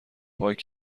پاک